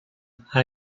the